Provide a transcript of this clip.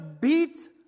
beat